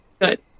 Good